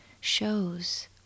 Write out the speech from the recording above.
shows